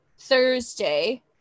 Thursday